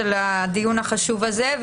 על הדיון החשוב הזה,